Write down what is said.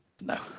No